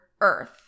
Earth